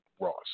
Ross